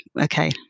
Okay